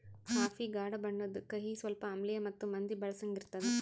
coffee ಗಾಢ ಬಣ್ಣುದ್, ಕಹಿ, ಸ್ವಲ್ಪ ಆಮ್ಲಿಯ ಮತ್ತ ಮಂದಿ ಬಳಸಂಗ್ ಇರ್ತದ